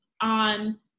on